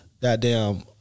goddamn